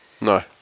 No